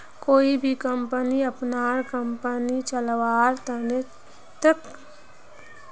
कोई भी कम्पनी अपनार कम्पनी चलव्वार तने ऋण ली छेक